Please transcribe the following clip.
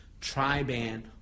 tri-band